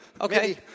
Okay